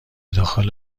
داخل